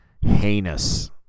heinous